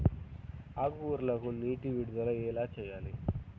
ఆకుకూరలకు నీటి విడుదల ఎలా చేయాలి?